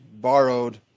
borrowed